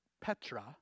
petra